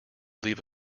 leave